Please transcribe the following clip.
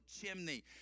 chimney